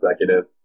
executive